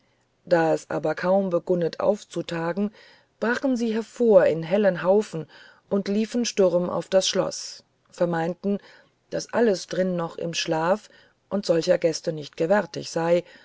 da es aber kaum begunnte auffzutagen brachen sy hervor in hellen haufen und liefen sturm uf das schloß vermeintend daß alles drin noch im schlaf und solcher gäste nicht gewärtig sey